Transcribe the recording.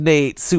Nate